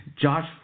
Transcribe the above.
Josh